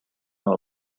know